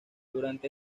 durante